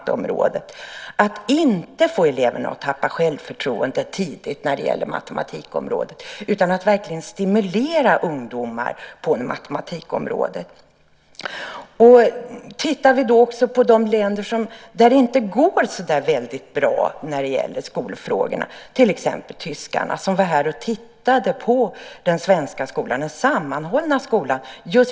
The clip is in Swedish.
Det gäller att inte få eleverna att tidigt tappa självförtroendet för matematik, utan det gäller att verkligen stimulera ungdomar så att de blir intresserade av matematik. Det finns länder - till exempel Tyskland - där det inte går så bra med skolfrågor. Man var här från Tyskland och tittade på den sammanhållna svenska skolan.